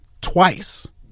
Twice